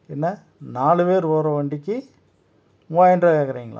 என்ன நாலு பேர் போகிற வண்டிக்கு கேக்கிறீங்களா